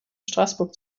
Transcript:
straßburg